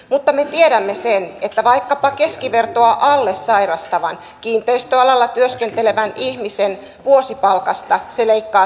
mutta me tiedämme sen että vaikkapa keskivertoa alle sairastavan kiinteistöalalla työskentelevän ihmisen vuosipalkastaksi leikkaa